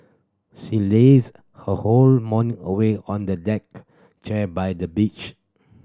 she lazed her whole morning away on the deck chair by the beach